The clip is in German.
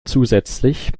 zusätzlich